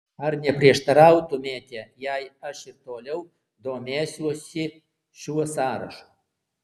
ar neprieštarautumėte jei aš ir toliau domėsiuosi šiuo sąrašu